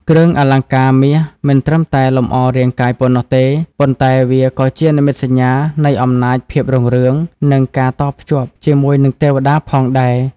គ្រឿងអលង្ការមាសមិនត្រឹមតែលម្អរាងកាយប៉ុណ្ណោះទេ ប៉ុន្តែវាក៏ជានិមិត្តសញ្ញានៃអំណាច ភាពរុងរឿង និងការតភ្ជាប់ជាមួយទេវតាផងដែរ។